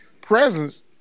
presence